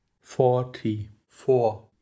forty-four